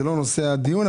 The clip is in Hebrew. זה לא נושא הדיון,